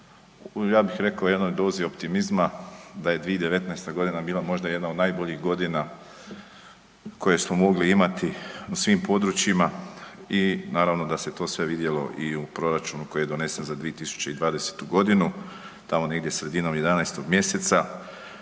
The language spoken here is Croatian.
ja bih rekao, jednoj dozi optimizma, da je 2019. g. bila možda jedna od najboljih godina koje smo mogli imati u svim područjima i naravno da se sve to vidjelo i u proračunu koji je donesen za 2020. g., tamo negdje sredinom 11. mj.